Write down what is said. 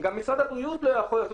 גם משרד הבריאות לא יכול.